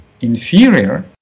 inferior